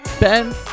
ben